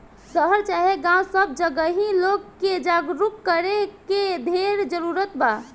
शहर चाहे गांव सब जगहे लोग के जागरूक करे के ढेर जरूरत बा